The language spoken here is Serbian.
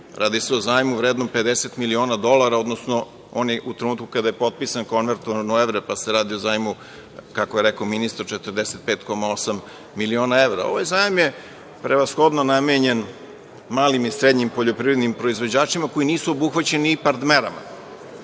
Radi se o zajmu vrednom 50 miliona dolara, odnosno oni u trenutku kada je potpisan konvertovan u evre, pa se radi o zajmu, kako je rekao ministar, 45,8 miliona evra. Ovaj zajam je prevashodno namenjen malim i srednjim poljoprivrednim proizvođačima koji nisu obuhvaćeni IPARD merama.